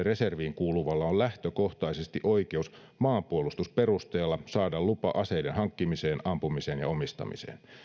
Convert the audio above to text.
reserviin kuuluvalla on lähtökohtaisesti oikeus maanpuolustusperusteella saada lupa aseiden hankkimiseen omistamiseen ja niillä